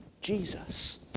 Jesus